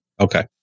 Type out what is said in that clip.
Okay